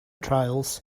trials